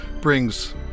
brings